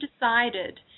decided